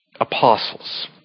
apostles